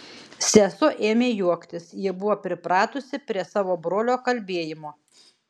sesuo ėmė juoktis ji buvo pripratusi prie savo brolio kalbėjimo